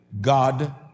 God